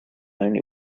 only